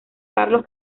carlos